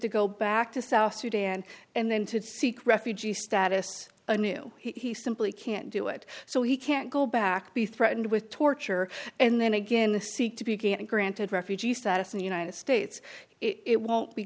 to go back to south sudan and then to seek refugee status a new he simply can't do it so he can't go back be threatened with torture and then again the seek to be gay and granted refugee status in the united states it won't be